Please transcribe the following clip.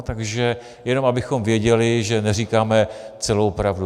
Takže jenom abychom věděli, že neříkáme celou pravdu.